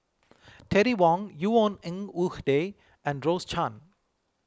Terry Wong Yvonne Ng Uhde and Rose Chan